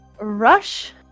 rush